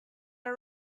are